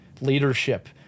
leadership